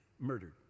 murdered